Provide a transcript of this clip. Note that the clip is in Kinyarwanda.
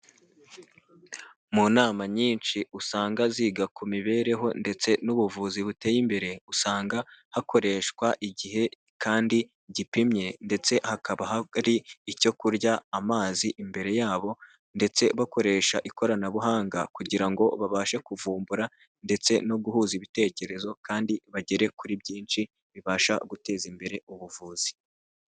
Mu nama nyinshi usanga ziga ku mibereho ndetse n'ubuvuzi buteye imbere usanga hakoreshwa igihe kandi gipimye ndetse hakaba hari icyo kurya amazi imbere yabo, ndetse bakoresha ikoranabuhanga kugira ngo babashe kuvumbura ndetse no guhuza ibitekerezo kandi bagere kuri byinshi bibasha guteza imbere ubuvuzi.